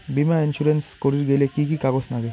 বীমা ইন্সুরেন্স করির গেইলে কি কি কাগজ নাগে?